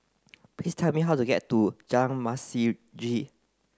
please tell me how to get to Jalan Masjid